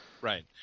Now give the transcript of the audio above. Right